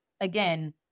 again